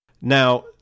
Now